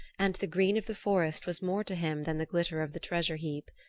and the green of the forest was more to him than the glitter of the treasure heap.